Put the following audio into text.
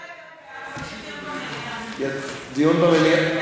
רגע, רגע,